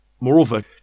Moreover